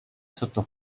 sotto